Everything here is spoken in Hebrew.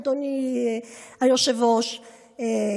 אדוני היושב-ראש,